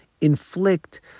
inflict